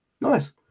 Nice